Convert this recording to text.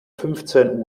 fünfzehn